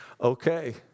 okay